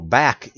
back